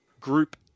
Group